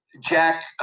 Jack